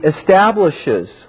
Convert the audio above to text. establishes